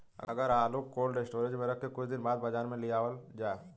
अगर आलू cold storage में रख के कुछ दिन बाद बाजार में लियावल जा?